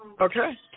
Okay